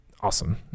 awesome